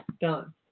done